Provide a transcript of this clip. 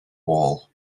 wall